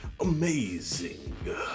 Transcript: amazing